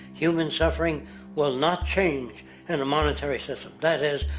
human suffering will not change in a monetary system. that is,